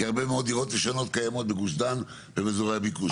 כי הרבה מאוד דירות ישנות קיימות בגוש דן ובאזורי הביקוש,